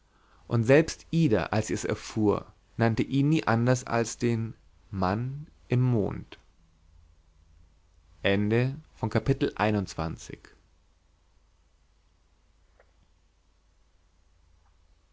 und selbst ida als sie es erfuhr nannte ihn nie anders als den mann im mond